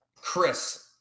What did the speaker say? Chris